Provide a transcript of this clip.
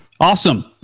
Awesome